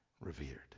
revered